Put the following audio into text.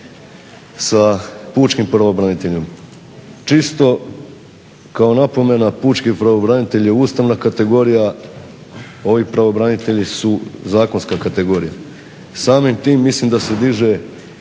sa pučkim pravobraniteljem. Čisto kao napomena, pučki pravobranitelj je ustavna kategorija, ovi pravobranitelji su zakonska kategorija. Samim tim mislim da se diže